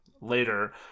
Later